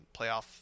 playoff